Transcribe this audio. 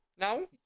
No